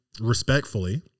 respectfully